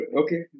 okay